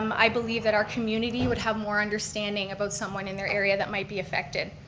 um i believe that our community would have more understanding about someone in their area that might be affected.